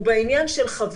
והרגשה של שבר